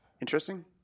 Interesting